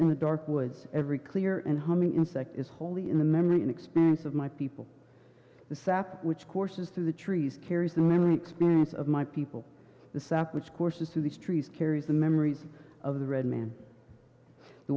in the dark woods every clear and humming insect is holy in the memory and expanse of my people the sack which courses through the trees carries the memory expanse of my people the sack which courses through these trees carries the memories of the red man the